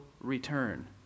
return